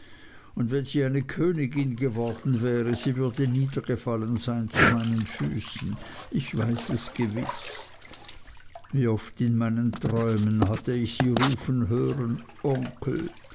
und wenn sie eine königin geworden wäre sie würde niedergefallen sein zu meinen füßen ich weiß es gewiß wie oft in meinen träumen hatte ich sie rufen hören onkel